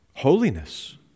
holiness